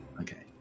okay